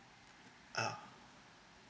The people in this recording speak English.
ah